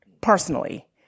personally